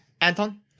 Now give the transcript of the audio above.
Anton